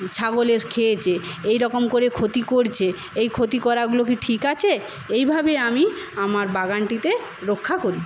ছাগলে খেয়েছে এই রকম করে ক্ষতি করছে এই ক্ষতি করাগুলো কি ঠিক আছে এইভাবে আমি আমার বাগানটিতে রক্ষা করি